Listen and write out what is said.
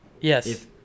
Yes